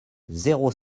zéro